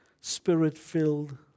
spirit-filled